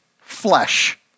flesh